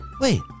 wait